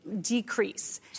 decrease